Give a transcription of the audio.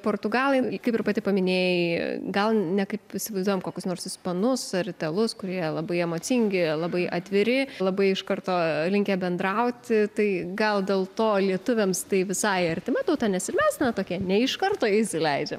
portugalai kaip ir pati paminėjai gal nekaip įsivaizduojam kokius nors ispanus ar italus kurie labai emocingi labai atviri labai iš karto linkę bendrauti tai gal dėl to lietuviams tai visai artima tauta nes mes na tokie ne iš karto įsileidžiam